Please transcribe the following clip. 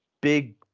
big